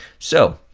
so,